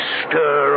stir